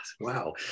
wow